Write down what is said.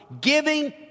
Giving